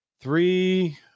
three